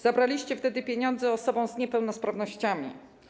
Zabraliście wtedy pieniądze osobom z niepełnosprawnościami.